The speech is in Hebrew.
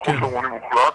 אני מאוכזב,